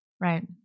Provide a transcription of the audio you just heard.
right